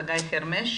נמצא.